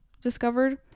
discovered